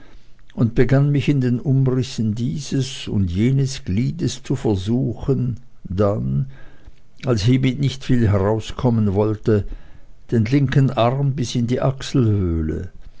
und begann mich in den umrissen dieses und jenes gliedes zu versuchen dann als hiemit nicht viel herauskommen wollte den linken arm bis in die achselhöhle